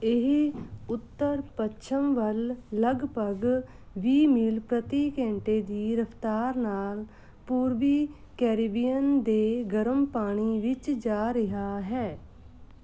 ਇਹ ਉੱਤਰ ਪੱਛਮ ਵੱਲ ਲਗਭਗ ਵੀਹ ਮੀਲ ਪ੍ਰਤੀ ਘੰਟੇ ਦੀ ਰਫ਼ਤਾਰ ਨਾਲ ਪੂਰਬੀ ਕੈਰੀਬੀਅਨ ਦੇ ਗਰਮ ਪਾਣੀ ਵਿੱਚ ਜਾ ਰਿਹਾ ਹੈ